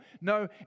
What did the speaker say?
No